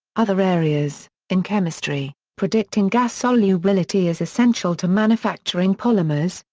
other areas in chemistry, predicting gas solubility is essential to manufacturing polymers,